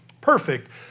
perfect